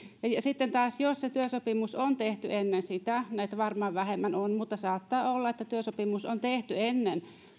sitten taas jos se työsopimus on tehty ennen sitä näitä varmaan vähemmän on mutta saattaa olla että työsopimus on tehty ennen